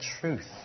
truth